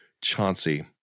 Chauncey